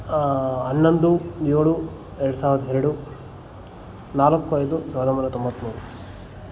ಹನ್ನೊಂದು ಏಳು ಎರಡು ಸಾವಿರದ ಎರಡು ನಾಲ್ಕು ಐದು ಸಾವಿರದ ಒಂಬೈನೂರ ತೊಂಬತ್ತ್ಮೂರು